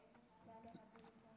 תודה.